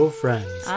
friends